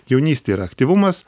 jaunystėje yra aktyvumas